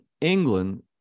England